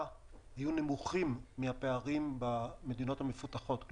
היו נמוכים מהפערים במדינות המפותחות.